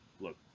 look